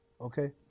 Okay